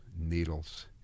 needles